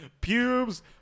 pubes